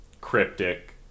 cryptic